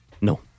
No